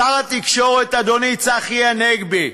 שר התקשורת אדוני צחי הנגבי,